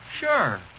sure